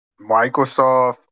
Microsoft